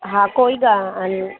हा कोई ॻाल्हि अने